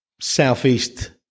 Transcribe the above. Southeast